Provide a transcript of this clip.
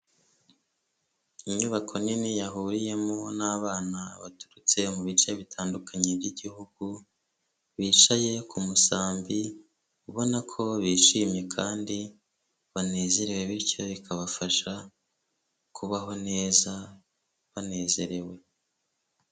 Inyubako nini yahuriwemo n'bana baturutse mu bice bitandukanye by'igihugu, bicaye ku musambi ubona ko bishimye kandi banezerewe bityo bikabafasha kubaho neza banezerewe.